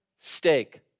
Steak